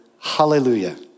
hallelujah